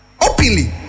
Openly